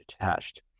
attached